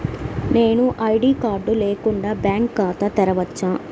నేను ID card లేకుండా bank ఖాతా తెరవచ్చా?